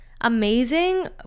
amazing